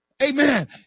Amen